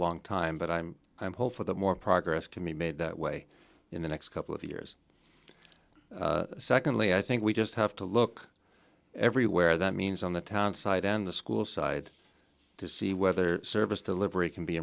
long time but i'm hopeful that more progress can be made that way in the next couple of years secondly i think we just have to look everywhere that means on the town side and the school side to see whether service delivery can be